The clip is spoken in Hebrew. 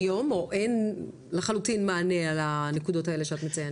רגע אבל יש היום או אין לחלוטין מענה על הנקודות האלה שאת מציינת?